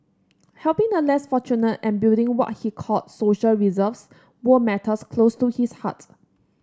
helping the less fortunate and building what he called social reserves were matters close to his heart